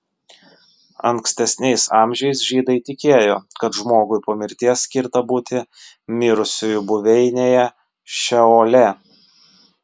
ankstesniais amžiais žydai tikėjo kad žmogui po mirties skirta būti mirusiųjų buveinėje šeole